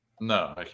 No